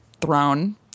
thrown